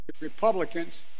Republicans